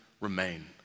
remain